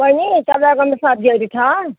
बहिनी तपाईँकोमा सब्जीहरू छ